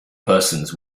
persons